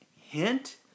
hint